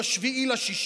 ב-7 ביוני,